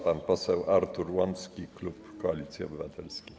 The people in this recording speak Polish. Pan poseł Artur Łącki, klub Koalicji Obywatelskiej.